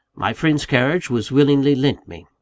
my friend's carriage was willingly lent me.